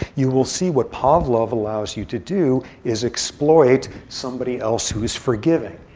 you will see what pavlov allows you to do is exploit somebody else who is forgiving.